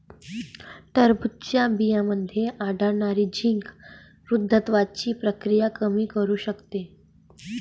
टरबूजच्या बियांमध्ये आढळणारे झिंक वृद्धत्वाची प्रक्रिया कमी करू शकते